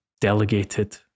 delegated